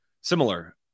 similar